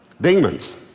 Demons